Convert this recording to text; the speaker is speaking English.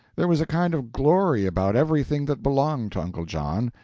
there was a kind of glory about everything that belonged uncle john,